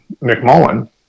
McMullen